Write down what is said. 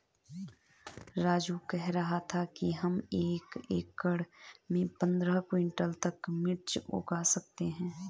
राजू कह रहा था कि हम एक एकड़ में पंद्रह क्विंटल तक मिर्च उगा सकते हैं